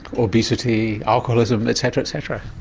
obesity, alcoholism etc. etc.